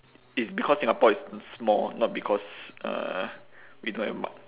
it's because singapore is small not because uh we don't have mu~